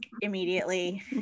immediately